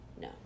no